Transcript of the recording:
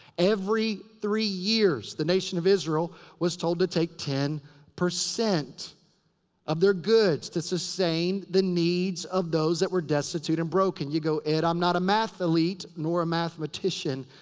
every three years the nation of israel was told to take ten percent of their goods to sustain the needs of those that were destitute and broken. you go, ed, i'm not a mathalete. nor a mathematician.